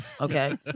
okay